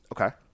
Okay